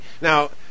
now